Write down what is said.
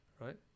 Right